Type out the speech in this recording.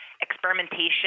experimentation